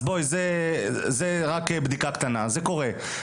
ובואי, זו רק בדיקה קטנה, זה קורה.